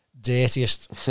Dirtiest